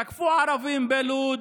תקפו ערבים בלוד,